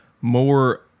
more